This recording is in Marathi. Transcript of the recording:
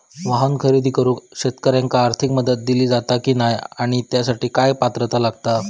वाहन खरेदी करूक शेतकऱ्यांका आर्थिक मदत दिली जाता की नाय आणि त्यासाठी काय पात्रता लागता?